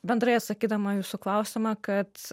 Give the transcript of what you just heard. bendrai atsakydama į jūsų klausimą kad